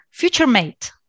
FutureMate